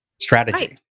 strategy